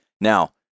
Now